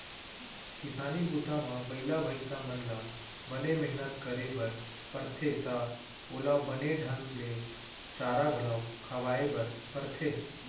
किसानी बूता म बइला भईंसा मन ल बने मेहनत करे बर परथे त ओला बने ढंग ले चारा घलौ खवाए बर परथे